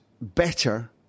better